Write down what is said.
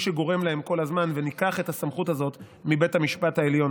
שגורם להם כל הזמן וניקח את הסמכות הזאת מבית המשפט העליון,